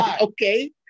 Okay